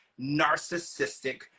narcissistic